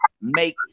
make